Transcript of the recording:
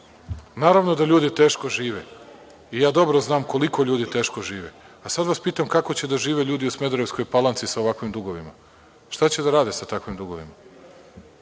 doveli. Naravno, da ljudi teško žive i ja dobro znam koliko ljudi teško žive. A, sada vas pitam – kako će da žive ljudi u Smederevskoj Palanci sa ovakvim dugovima? Šta će da rade sa takvim dugovima?